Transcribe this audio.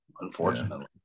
unfortunately